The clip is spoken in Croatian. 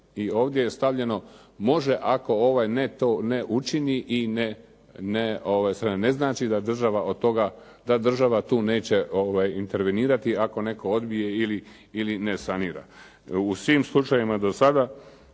I ovdje je stavljeno može ako ovaj to ne učini, što ne znači da država tu neće intervenirati ako netko odbije ili ne sanira. U svim slučajevima do sada